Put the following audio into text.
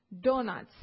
donuts